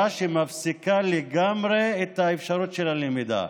שמפסיקה לגמרי את האפשרות של הלמידה.